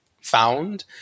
found